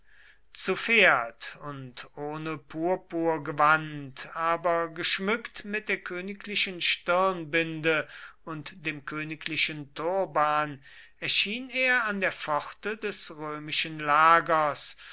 zu pferd und ohne purpurgewand aber geschmückt mit der königlichen stirnbinde und dem königlichen turban erschien er an der pforte des römischen lagers